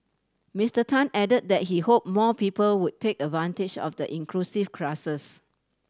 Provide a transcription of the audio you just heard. Mister Tan add that he hope more people would take advantage of the inclusive classes